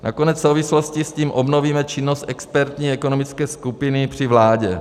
Nakonec v souvislosti s tím obnovíme činnost expertní ekonomické skupiny při vládě.